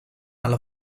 alla